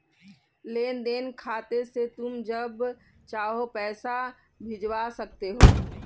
लेन देन खाते से तुम जब चाहो पैसा भिजवा सकते हो